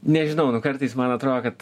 nežinau nu kartais man atrodo kad